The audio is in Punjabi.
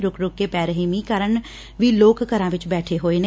ਰੁਕ ਰੁਕ ਕੇ ਪੈ ਰਹੇ ਮੀਹ ਕਾਰਨ ਵੀ ਲੋਕ ਘਰਾ ਵਿਚ ਬੈਠੇ ਹੋਏ ਨੇ